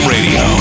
Radio